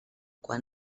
quan